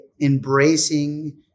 embracing